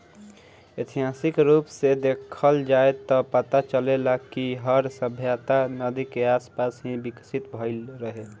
ऐतिहासिक रूप से देखल जाव त पता चलेला कि हर सभ्यता नदी के आसपास ही विकसित भईल रहे